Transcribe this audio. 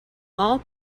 all